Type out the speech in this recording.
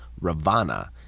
Ravana